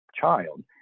child